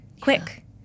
quick